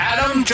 Adam